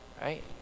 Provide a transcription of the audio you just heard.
right